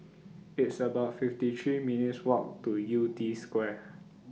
It's about fifty three minutes' Walk to Yew Tee Square